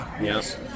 Yes